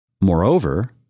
Moreover